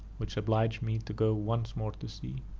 which obliged me to go once more to sea.